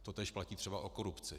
Totéž platí třeba o korupci.